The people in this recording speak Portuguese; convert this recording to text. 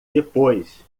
depois